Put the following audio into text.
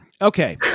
Okay